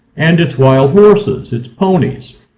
and its wild horses, its ponies.